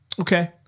Okay